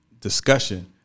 discussion